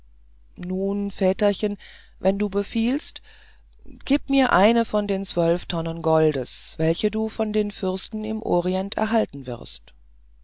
nun väterchen wenn du befiehlst gieb mir eine von den zwölf tonnen goldes welche du von den fürsten im orient erhalten wirst